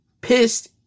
pissed